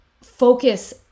focus